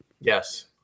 Yes